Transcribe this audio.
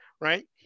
right